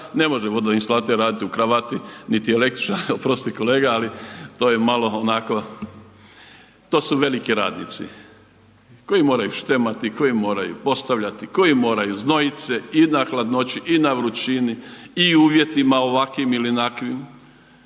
Ne može vodoinstalater raditi u kravati niti električar, oprosti kolega ali to je malo onako, to su veliki radnici koji moraju štemati, koji moraju postavljati, koji moraju znojit se i na hladnoći i na vrućini i u uvjetima ovakvim ili onakvim.